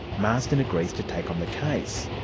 marsden agrees to take on the case.